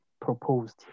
proposed